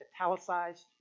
italicized